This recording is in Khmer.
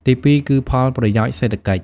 ទីពីរ គឺផលប្រយោជន៍សេដ្ឋកិច្ច។